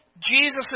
Jesus